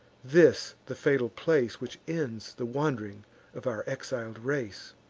this the fatal place which ends the wand'ring of our exil'd race.